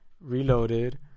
Reloaded